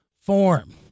form